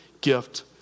gift